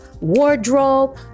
wardrobe